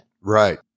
Right